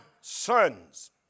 sons